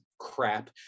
crap